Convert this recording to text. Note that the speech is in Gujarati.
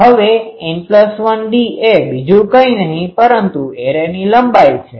હવે N1d એ બીજું કઈ નહિ પરંતુ એરેની લંબાઈ છે